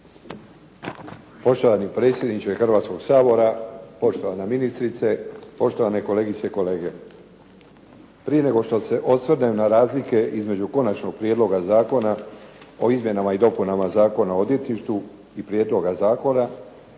Poštovani predsjedniče Hrvatskog sabora, poštovana ministrice, poštovane kolegice i kolege. Prije nego što se osvrnem na razlike između konačnog prijedloga zakona o izmjenama i dopunama Zakona o odvjetništvu i prijedloga zakona,